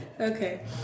okay